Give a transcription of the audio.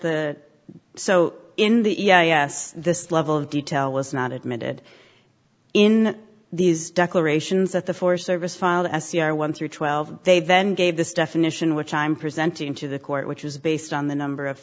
the so in the e i a s this level of detail was not admitted in these declarations that the forest service filed as c r one through twelve they then gave this definition which i'm presenting to the court which is based on the number of